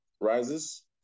Rises